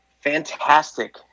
fantastic